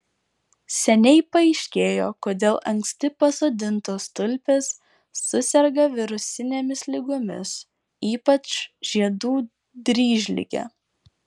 seniai paaiškėjo kodėl anksti pasodintos tulpės suserga virusinėmis ligomis ypač žiedų dryžlige